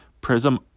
Prism